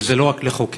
וזה לא רק לחוקק,